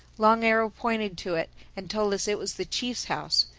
long arrow pointed to it and told us it was the chief's house,